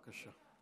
בבקשה.